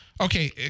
Okay